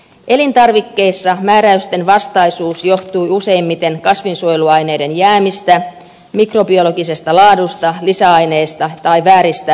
elintarvikkeissa määräystenvastaisuus johtui useimmiten kasvinsuojeluaineiden jäämistä mikrobiologisesta laadusta lisäaineista tai vääristä pakkausmerkinnöistä